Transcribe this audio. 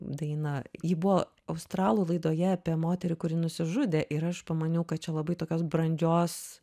dainą ji buvo australų laidoje apie moterį kuri nusižudė ir aš pamaniau kad čia labai tokios brandžios